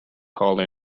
holy